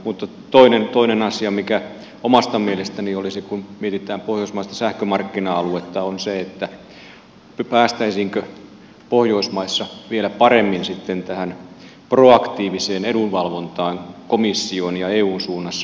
mutta toinen asia mikä omasta mielestäni olisi tärkeä kun mietitään pohjoismaista sähkömarkkina aluetta on se päästäisiinkö pohjoismaissa vielä paremmin sitten tähän proaktiiviseen edunvalvontaan komission ja eun suunnassa